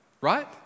Right